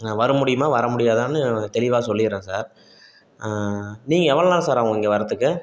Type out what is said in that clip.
வர முடியுமா வர முடியாதானு தெளிவாக சொல்லிடுறேன் சார் நீங்கள் எவ்வளோ நேரம் சார் ஆகும் இங்கே வரதுக்கு